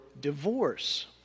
divorce